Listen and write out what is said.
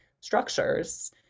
structures